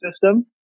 system